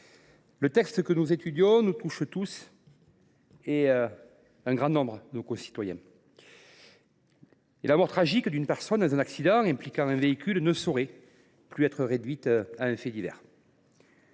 le texte que nous étudions affecte un grand nombre de nos concitoyens. La mort tragique d’une personne dans un accident impliquant un véhicule ne saurait plus être réduite à un fait divers.